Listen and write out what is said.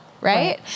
right